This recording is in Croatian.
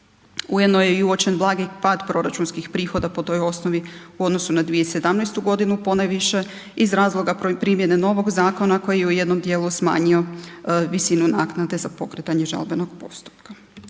Ujedno je i uočen blagi pad proračunskih prihoda po toj osnovi u odnosu na 2017. godinu ponajviše iz razloga primjene novog zakona koji je u jednom dijelu smanjio visinu naknade za pokretanje žalbenog postupka.